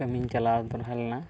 ᱠᱟᱹᱢᱤᱧ ᱪᱟᱞᱟᱣ ᱫᱚᱲᱦᱟ ᱞᱮᱱᱟ